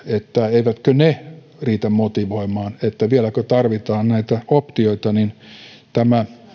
eivätkö ne riitä motivoimaan vieläkö tarvitaan näitä optioita tämä